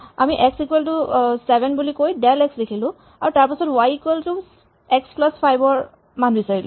আমি x equal to ৭ বুলি কৈ ডেল এক্স লিখিলো আৰু তাৰপাছত y equal to x plus ৫ ৰ মান বিচাৰিলো